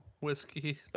whiskey